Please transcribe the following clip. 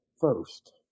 first